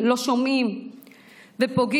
לא שומעים ופוגעים,